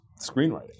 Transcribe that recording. screenwriting